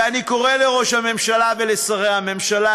ואני קורא לראש הממשלה ולשרי הממשלה